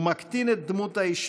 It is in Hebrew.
הוא מקטין את דמות האישה,